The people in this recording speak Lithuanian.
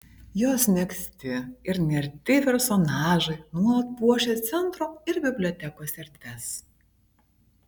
jos megzti ir nerti personažai nuolat puošia centro ir bibliotekos erdves